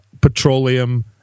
petroleum